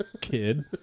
kid